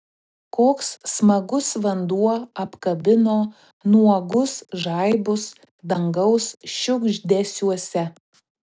koks smagus vanduo apkabino nuogus žaibus dangaus šiugždesiuose